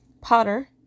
Potter